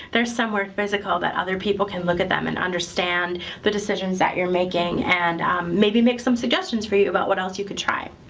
they're somewhere physical that other people can look at them and understand the decisions that you're making and maybe make some suggestions for you about what else you could try.